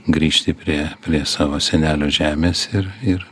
grįžti prie prie savo senelio žemės ir ir